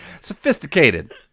Sophisticated